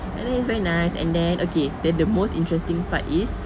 and then it's very nice and then okay then the most interesting part is